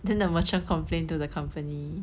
then the merchant complained to the company